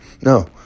no